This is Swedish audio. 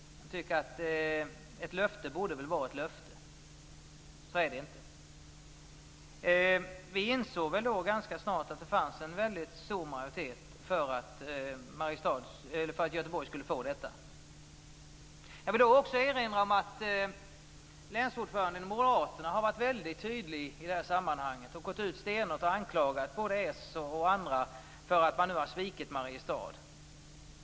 Ett löfte borde väl vara ett löfte. Så är det inte. Vi insåg ganska snart att det fanns en stor majoritet för att Göteborg skulle få detta. Jag vill också erinra om att länsordföranden för Moderaterna har varit mycket tydlig i detta sammanhang och stenhårt gått ut och anklagat både s och andra för att ha svikit Mariestad.